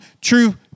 true